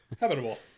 Habitable